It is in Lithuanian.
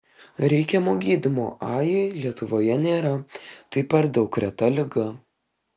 reikiamo gydymo ajui lietuvoje nėra tai per daug reta liga